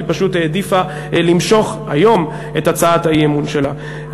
היא פשוט העדיפה למשוך היום את הצעת האי-אמון שלה.